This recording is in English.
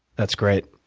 that's great.